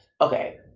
Okay